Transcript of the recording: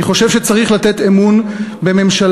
אני חושב שצריך לתת אמון בממשלה,